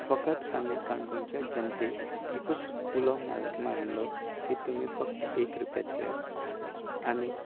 फकत आमी काणकोणच्या जनतेक एकूच उलो मारिल्लो की तुमी फकत एकूच रुपया दियात आमी